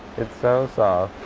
it's so soft!